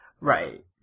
Right